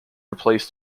replace